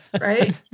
right